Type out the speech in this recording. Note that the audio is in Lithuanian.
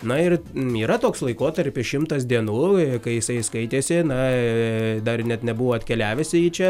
na ir yra toks laikotarpis šimtas dienų kai jisai skaitėsi na dar net nebuvo atkeliavęs į čia